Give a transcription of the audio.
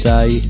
Day